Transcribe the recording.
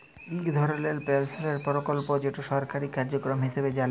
ইক ধরলের পেলশলের পরকল্প যেট সরকারি কার্যক্রম হিঁসাবে জালি